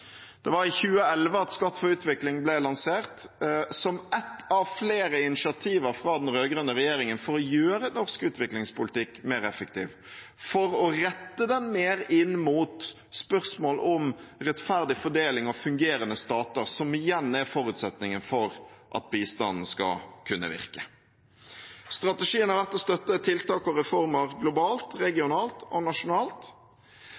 Det var i 2011 «Skatt for utvikling» ble lansert – som ett av flere initiativer fra den rød-grønne regjeringen for å gjøre norsk utviklingspolitikk mer effektiv og for å rette den mer inn mot spørsmål om rettferdig fordeling og fungerende stater, noe som igjen er forutsetningen for at bistanden skal virke. Strategien har vært å støtte tiltak og reformer globalt,